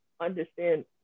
understand